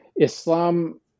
Islam